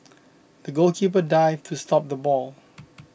the goalkeeper dived to stop the ball